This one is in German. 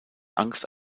angst